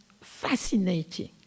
fascinating